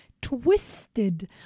twisted